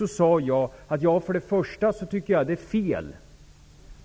Jag svarade att det för det första är fel